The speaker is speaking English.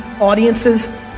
audiences